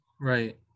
right